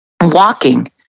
walking